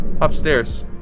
Upstairs